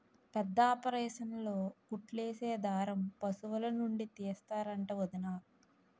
పెద్దాపరేసన్లో కుట్లేసే దారం పశులనుండి తీస్తరంట వొదినా